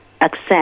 accept